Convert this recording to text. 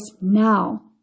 now